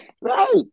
Right